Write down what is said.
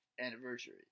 anniversary